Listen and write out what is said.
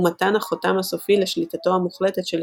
ומתן החותם הסופי לשליטתו המוחלטת של